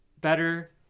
better